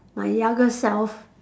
my younger self